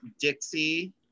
Dixie